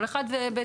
כל אחד בתפקידו.